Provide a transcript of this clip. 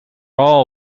all